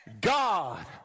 God